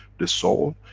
the soul,